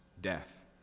death